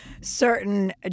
certain